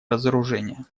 разоружения